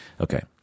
Okay